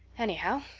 anyhow,